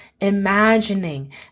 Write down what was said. imagining